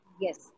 Yes